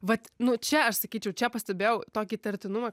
vat nu čia aš sakyčiau čia pastebėjau tokį įtartinumą